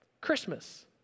Christmas